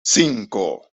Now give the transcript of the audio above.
cinco